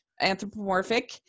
anthropomorphic